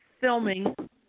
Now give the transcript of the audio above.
filming